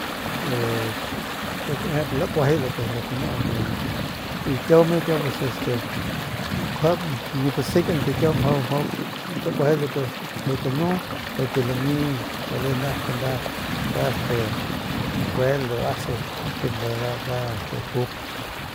pik gaejep lakuajay lo que nu ke lami y kiau me kiau este kjua nip lasekan ke kiau mjau takuajay lu ke lanuu porque lami bale nep ke nda nda este kue lo ke nda jup.